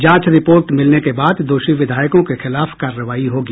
जांच रिपोर्ट मिलने के बाद दोषी विधायकों के खिलाफ कार्रवाई होगी